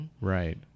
Right